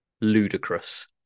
ludicrous